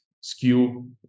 skew